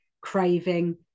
craving